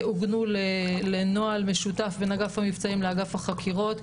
עוגנו לנוהל משותף בין אגף המבצעים לאגף החקירות.